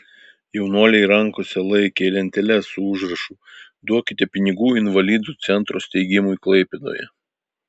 jaunuoliai rankose laikė lenteles su užrašu duokite pinigų invalidų centro steigimui klaipėdoje